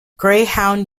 greyhound